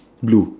blue